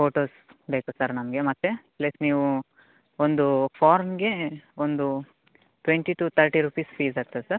photos ಬೇಕು sir ನಮಗೆ ಮತ್ತು ಪ್ಲಸ್ ನೀವು ಒಂದು ಫಾರಮ್ಗೇ ಒಂದು twenty to thirty rupees fees ಆಗ್ತದೆ ಸರ್